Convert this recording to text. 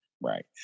Right